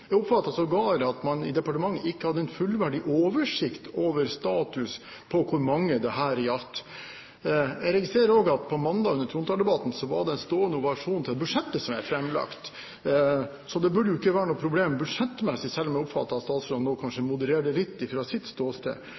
Jeg oppfattet sågar at man i departementet ikke hadde en fullverdig oversikt over status på hvor mange dette gjaldt. Jeg registrerer også at på mandag under trontaledebatten var det en stående ovasjon til budsjettet som er framlagt, så det burde jo ikke være noe problem budsjettmessig, selv om jeg oppfatter at statsråden nå kanskje modererer det litt fra sitt ståsted.